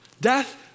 Death